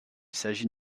s’agit